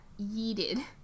yeeted